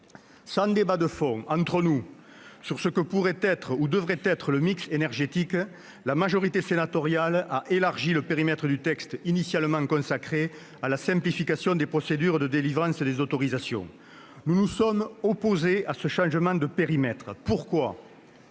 Sans débat de fond entre nous, portant sur ce que pourrait ou devrait être le mix énergétique, la majorité sénatoriale a élargi le périmètre du projet de loi initialement consacré à la simplification des procédures de délivrance des autorisations. Nous nous sommes opposés à ce changement de périmètre. Pourquoi ?